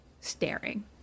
staring